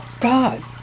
God